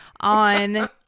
on